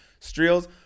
Streels